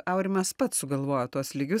aurimas pats sugalvojo tuos lygius